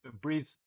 breathe